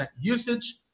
usage